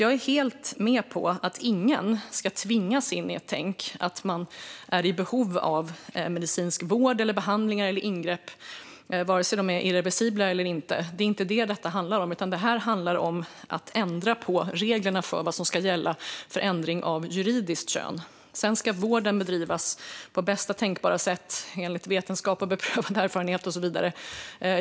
Jag är helt med på att ingen ska tvingas in i ett tänk. Man ska inte behöva medicinsk vård, genomgå behandlingar eller göra ingrepp, vare sig de är irreversibla eller inte. Det är inte vad detta handlar om. Det här handlar om att ändra reglerna för vad som ska gälla för ändring av juridiskt kön. Sedan ska vården bedrivas på bästa tänkbara sätt, enligt vetenskap, beprövad erfarenhet och så vidare.